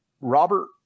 Robert –